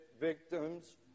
victims